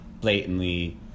blatantly